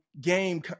game